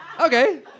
Okay